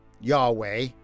Yahweh